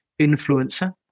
influencer